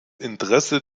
interesse